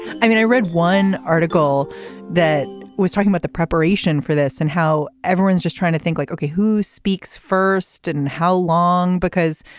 i mean i read one article that was talking about the preparation for this and how everyone's just trying to think like okay who speaks first and how long because